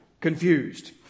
confused